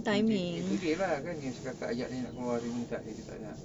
today eh today lah kan si kakak ajak keluar hari ni dia kata tak nak